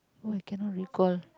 oh I cannot recall